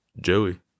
Joey